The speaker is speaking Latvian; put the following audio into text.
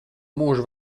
mūžu